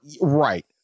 Right